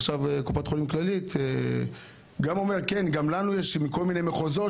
קופת חולים כללית אומרת שיש להם מכל מיני מחוזות